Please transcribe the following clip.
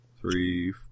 three